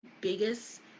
biggest